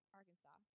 Arkansas